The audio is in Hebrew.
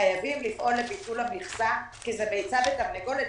חייבים לפעול לביטול המכסה כי זה ביצה ותרנגולת.